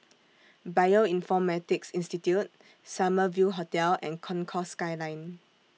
Bioinformatics Institute Summer View Hotel and Concourse Skyline